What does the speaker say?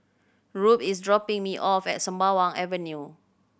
rube is dropping me off at Sembawang Avenue